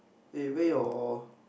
eh where your